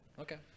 Okay